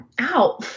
ow